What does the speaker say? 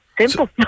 simple